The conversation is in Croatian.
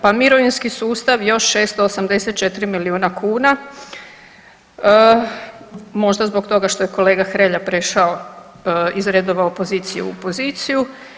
Pa mirovinski sustav još 684 milijuna kuna, možda zbog toga što je kolega Hrelja prešao iz redova opozicije u poziciju.